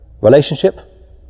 relationship